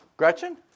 Gretchen